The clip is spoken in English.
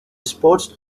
sport